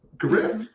correct